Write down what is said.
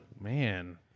man